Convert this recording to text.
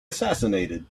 assassinated